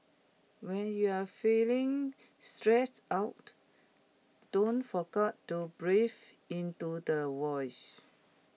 when you are feeling stressed out don't forget to breathe into the voids